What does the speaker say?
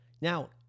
Now